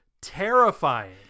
terrifying